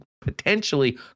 potentially